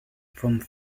from